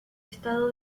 estado